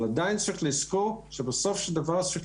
אבל עדיין צריך לזכור שבסופו של דבר צריך